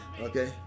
okay